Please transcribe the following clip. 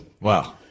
Wow